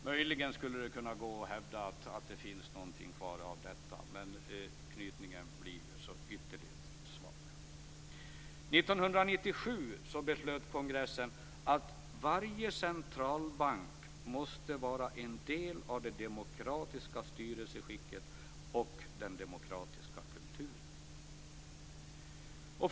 Möjligen skulle det gå att hävda att det finns något kvar av detta, men anknytningen blir så ytterst svag. 1997 beslöt kongressen att varje centralbank måste vara en del av det demokratiska styrelseskicket och den demokratiska kulturen.